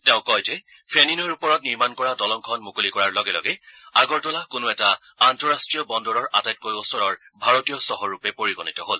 তেওঁ কয় যে ফেনী নৈৰ ওপৰত নিৰ্মাণ কৰা দলংখন মুকলি কৰাৰ লগে লগে আগৰতলা কোনো এটা আন্তঃৰাষ্ট্ৰীয় বন্দৰৰ আটাইতকৈ ওচৰৰ ভাৰতীয় চহৰৰূপে পৰিগণিত হ'ল